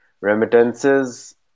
remittances